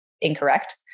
incorrect